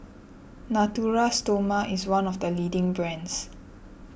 Natura Stoma is one of the leading brands